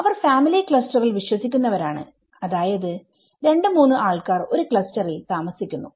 അവർ family ക്ലസ്റ്ററിൽ വിശ്വസിക്കുന്നവരാണ് അതായത് 23 ആൾക്കാർ ഒരു ക്ലസ്റ്ററിൽ താമസിക്കുന്നു